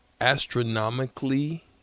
astronomically